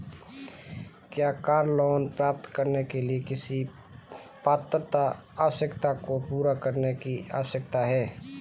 क्या car loan प्राप्त करने के लिए किसी पात्रता आवश्यकता को पूरा करने की आवश्यकता है?